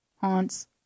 haunts